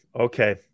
Okay